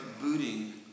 booting